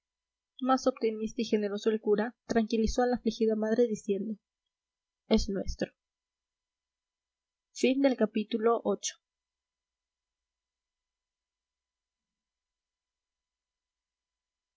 más optimista y generoso el cura tranquilizó a la afligida madre diciendo es nuestro